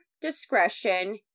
discretion